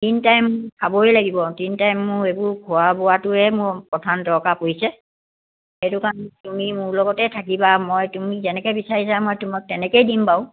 তিনি টাইম খাবই লাগিব তিনি টাইম মোৰ এইবোৰ খোৱা বোৱাটোৱে মোৰ প্ৰধান দৰকাৰ পৰিছে সেইটো কাৰণে তুমি মোৰ লগতে থাকিবা মই তুমি যেনেকৈ বিচাৰিছা মই তোমাক তেনেকৈয়ে দিম বাৰু